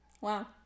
Wow